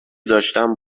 داشتم